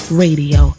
radio